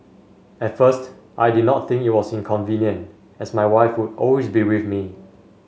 at first I did not think it was inconvenient as my wife would always be with me